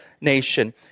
nation